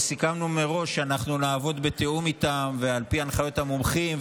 וסיכמנו מראש שנעבוד בתיאום איתם ועל פי הנחיות המומחים,